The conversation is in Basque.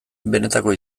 benetako